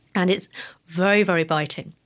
and it's very, very biting.